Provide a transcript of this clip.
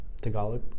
Tagalog